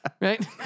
right